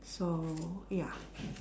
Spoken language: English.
so ya